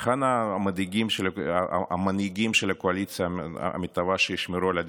היכן המנהיגים של הקואליציה המתהווה שישמרו על הדמוקרטיה?